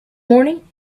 morning